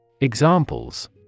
Examples